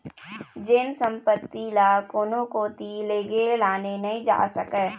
जेन संपत्ति ल कोनो कोती लेगे लाने नइ जा सकय